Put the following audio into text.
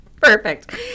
perfect